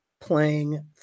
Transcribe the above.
playing